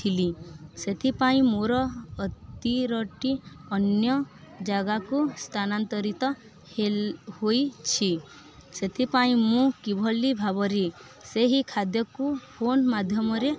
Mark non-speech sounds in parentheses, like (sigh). ଥିଲି ସେଥିପାଇଁ ମୋର (unintelligible) ଅନ୍ୟ ଜାଗାକୁ ସ୍ଥାନାନ୍ତରିତ ହୋଇଛି ସେଥିପାଇଁ ମୁଁ କିଭଳି ଭାବରେ ସେହି ଖାଦ୍ୟକୁ ଫୋନ୍ ମାଧ୍ୟମରେ